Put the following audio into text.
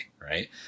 right